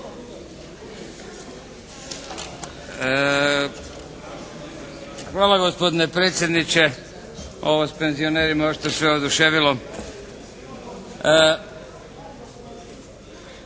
Hvala gospodine predsjedniče, ovo s penzionerima očito je sve oduševilo.